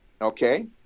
okay